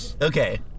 Okay